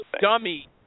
dummy